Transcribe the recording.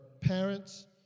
parents